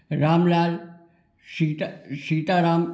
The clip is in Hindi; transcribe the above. राम लाल सीता सीताराम